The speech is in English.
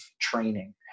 training